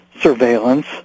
surveillance